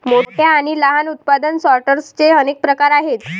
मोठ्या आणि लहान उत्पादन सॉर्टर्सचे अनेक प्रकार आहेत